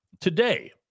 today